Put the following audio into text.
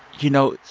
you know,